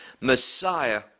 Messiah